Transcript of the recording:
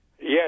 Yes